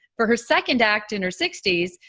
for her second act, in her sixties,